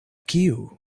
kiu